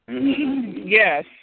Yes